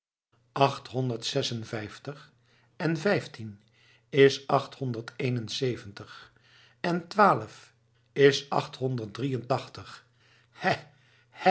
achthonderd zesenvijftig en vijftien is achthonderd éénenzeventig en twaalf is achthonderd drieëntachtig hè